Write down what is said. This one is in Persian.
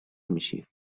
میشی